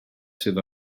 sydd